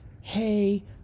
Hey